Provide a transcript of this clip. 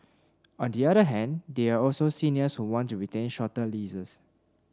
on the other hand there are also seniors who want to retain shorter leases